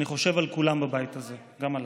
אני חושב, על כולם בבית הזה זה, וגם עליי.